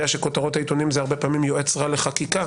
שהרבה פעמים כותרות העיתונים יועץ רע לחקיקה